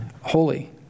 holy